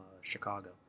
Chicago